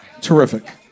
Terrific